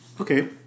Okay